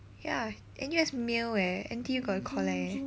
ya N_U_S mail eh N_T_U got to collect eh